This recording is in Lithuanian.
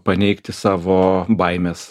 paneigti savo baimes